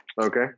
Okay